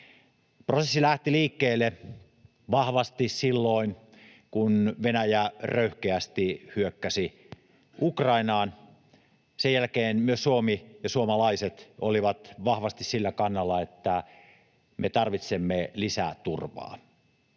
Prosessi lähti liikkeelle vahvasti silloin, kun Venäjä röyhkeästi hyökkäsi Ukrainaan. Sen jälkeen myös Suomi ja suomalaiset olivat vahvasti sillä kannalla, että me tarvitsemme lisää turvaa.